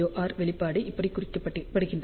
R வெளிப்பாடு இப்படி குறிக்கப்படுகின்றது